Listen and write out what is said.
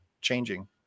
changing